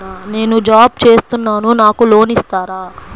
నేను జాబ్ చేస్తున్నాను నాకు లోన్ ఇస్తారా?